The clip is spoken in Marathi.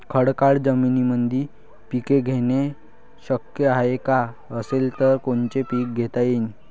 खडकाळ जमीनीमंदी पिके घेणे शक्य हाये का? असेल तर कोनचे पीक घेता येईन?